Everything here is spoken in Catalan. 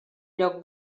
lloc